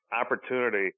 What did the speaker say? opportunity